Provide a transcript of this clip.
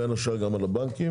בין השאר עם על הבנקים,